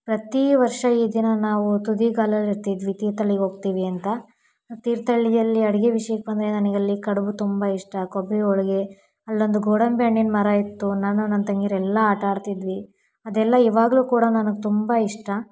ಪ್ರತಿ ವರ್ಷ ಈ ದಿನ ನಾವು ತುದಿಗಾಲಲ್ಲಿ ಇರ್ತಿದ್ವಿ ತೀರ್ಥಳ್ಳಿಗೆ ಹೋಗ್ತೀವಿ ಅಂತ ತೀರ್ಥಹಳ್ಳಿಯಲ್ಲಿ ಅಡುಗೆ ವಿಷ್ಯಕ್ಕೆ ಬಂದರೆ ನನಗಲ್ಲಿ ಕಡುಬು ತುಂಬ ಇಷ್ಟ ಕೊಬ್ಬರಿ ಹೋಳ್ಗೆ ಅಲ್ಲೊಂದು ಗೋಡಂಬಿ ಹಣ್ಣಿನ ಮರ ಇತ್ತು ನಾನು ನನ್ನ ತಂಗಿಯರೆಲ್ಲ ಆಟಾಡ್ತಿದ್ವಿ ಅದೆಲ್ಲ ಇವಾಗಲೂ ಕೂಡ ನನಗೆ ತುಂಬ ಇಷ್ಟ